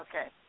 Okay